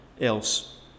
else